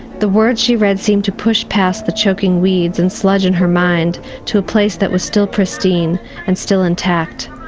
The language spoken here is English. the words she read seemed to push past the choking weeds and sludge in her mind to a place that was still pristine and still intact,